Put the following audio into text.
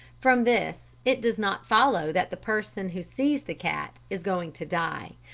from this, it does not follow that the person who sees the cat is going to die,